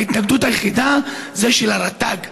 ההתנגדות היחידה היא של רט"ג.